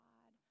God